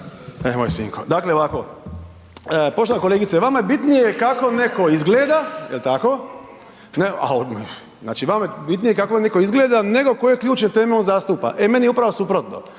(HRAST)** Dakle, ovako. Poštovana kolegice, vama je bitnije kako neko izgleda jel tako, znači vama je bitnije kako neko izgleda nego koje ključne teme on zastupa. E meni je upravo suprotno.